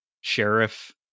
sheriff